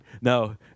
No